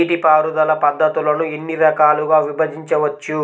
నీటిపారుదల పద్ధతులను ఎన్ని రకాలుగా విభజించవచ్చు?